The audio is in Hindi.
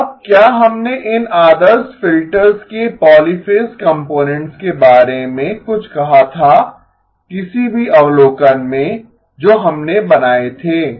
अब क्या हमने इन आदर्श फिल्टर्स के पॉलीफ़ेज़ कंपोनेंट्स के बारे में कुछ कहा था किसी भी अवलोकन में जो हमने बनाये थे